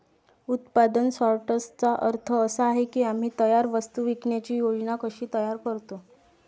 उत्पादन सॉर्टर्सचा अर्थ असा आहे की आम्ही तयार वस्तू विकण्याची योजना कशी तयार करतो